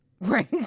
Right